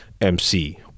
MC